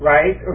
Right